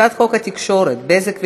הצעת חוק התקשורת (בזק ושידורים)